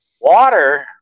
Water